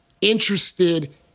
interested